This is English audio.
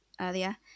earlier